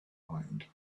mind